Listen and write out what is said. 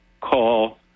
call